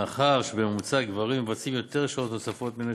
מאחר שבממוצע גברים צוברים שעות נוספות יותר מנשים,